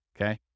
Okay